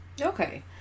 Okay